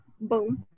boom